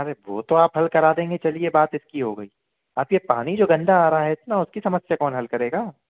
अरे वो तो आप हल करा देंगे चलिए बात इसकी हो गई अब ये पानी जो गंदा आ रहा है इतना उसकी समस्या कौन हल करेगा